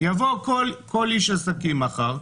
יבוא כל איש עסקים מחר,